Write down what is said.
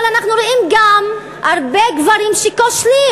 אבל אנחנו רואים גם הרבה גברים שכושלים.